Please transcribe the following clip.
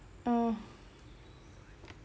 oh